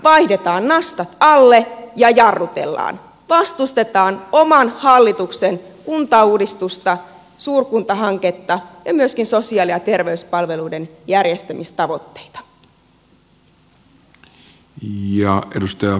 vaihdetaan nastat alle ja jarrutellaan vastustetaan oman hallituksen kuntauudistusta suurkuntahanketta ja myöskin sosiaali ja terveyspalveluiden järjestämistavoitteita